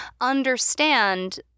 understand